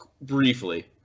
briefly